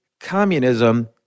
communism